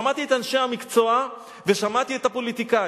שמעתי את אנשי המקצוע ושמעתי את הפוליטיקאים.